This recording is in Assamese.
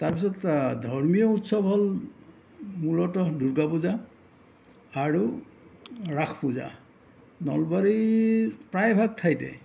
তাৰ পিছত ধৰ্মীয় উৎসৱ হ'ল মূলত দুৰ্গা পূজা আৰু ৰাস পূজা নলবাৰীৰ প্ৰায় ভাগ ঠাইতে